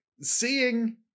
Seeing